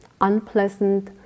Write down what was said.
unpleasant